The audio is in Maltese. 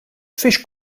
fiex